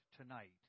tonight